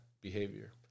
behavior